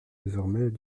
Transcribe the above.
désormais